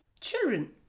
Children